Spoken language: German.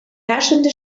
herrschende